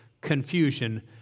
confusion